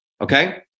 Okay